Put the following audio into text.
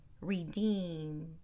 redeem